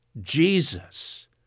Jesus